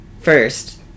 first